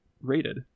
rated